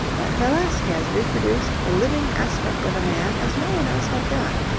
but velasquez reproduced the living aspect of a man as no one else had done.